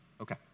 Okay